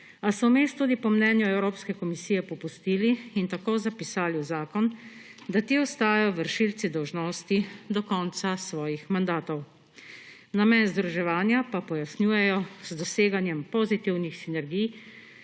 a so vmes, tudi po mnenju Evropske komisije, popustili in tako zapisali v zakon, da ti ostajajo vršilci dolžnosti do konca svojih mandatov. Namen združevanja pa pojasnjujejo z doseganjem pozitivnih sinergij